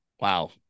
wow